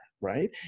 Right